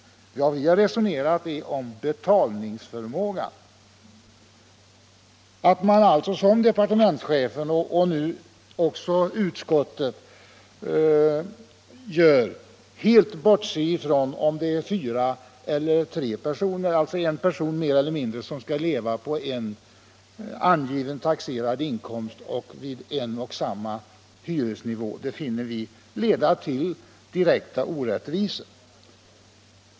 Vad vi har resonerat om är betalningsförmågan. Att — som departementschefen och som nu också utskottet gör — helt bortse från om det är fyra eller tre personer, alltså en person mer eller mindre, som skall leva på en angiven taxerad inkomst vid en och samma hyresnivå leder till direkta orättvisor.